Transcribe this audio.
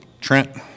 Trent